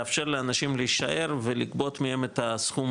לאפשר לאנשים להישאר ולגבות מהם את הסכום